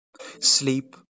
Sleep